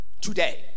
today